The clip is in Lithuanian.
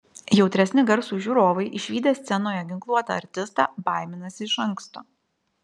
jautresni garsui žiūrovai išvydę scenoje ginkluotą artistą baiminasi iš anksto